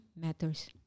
matters